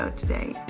today